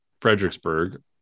Fredericksburg